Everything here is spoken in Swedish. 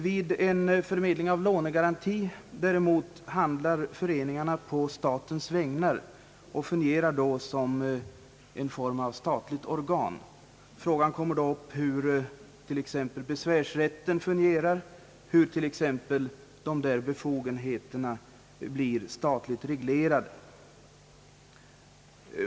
Vid en förmedling av lånegaranti däremot handlar föreningarna på statens vägnar och fungerar då som en form av statligt organ. Frågan uppkommer då hur till exempel besvärsrätten fungerar och hur de där befogenheterna blir statligt reglerade.